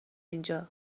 اینجا